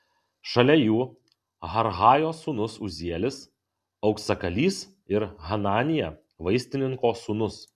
šalia jų harhajos sūnus uzielis auksakalys ir hananija vaistininko sūnus